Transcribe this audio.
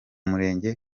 murenge